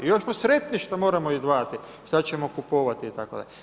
Još smo sretni što moramo izdvajati, što ćemo kupovati itd.